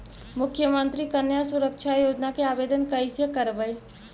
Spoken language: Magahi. मुख्यमंत्री कन्या सुरक्षा योजना के आवेदन कैसे करबइ?